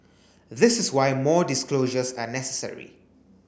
this is why more disclosures are necessary